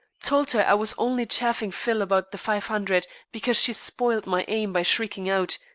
told her i was only chaffing phil about the five hundred, because she spoiled my aim by shrieking out.